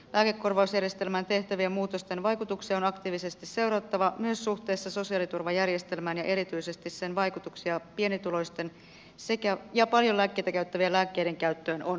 lääkekorvausjärjestelmään tehtävien muutosten vaikutuksia on aktiivisesti seurattava myös suhteessa sosiaaliturvajärjestelmään ja erityisesti sen vaikutuksia pienituloisten ja paljon lääkkeitä käyttävien lääkkeiden käyttöön on selvitettävä